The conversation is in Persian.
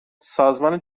سازمان